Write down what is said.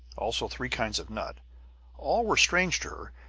also three kinds of nuts all were strange to her,